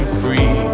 free